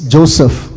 Joseph